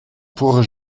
pourrais